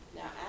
now